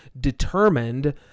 determined